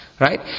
Right